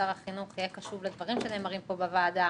שר החינוך יהיה קשוב לדברים שנאמרים פה בוועדה,